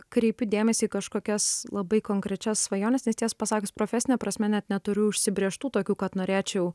kreipiu dėmesį į kažkokias labai konkrečias svajones nes tiesą pasakius profesine prasme net neturiu užsibrėžtų tokių kad norėčiau